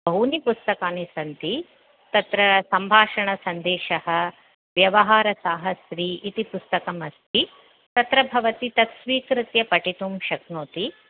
बहूनि पुस्तकानि सन्ति तत्र सम्भाषणसन्देशः व्यवहारसाहस्री इति पुस्तकमस्ति तत्र भवती तत् स्वीकृत्य पठितुं शक्नोति